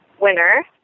winner